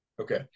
okay